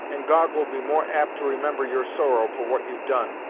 and god will be more apt to remember your sorrow for what you've done,